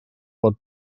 fod